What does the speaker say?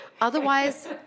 Otherwise